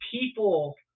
people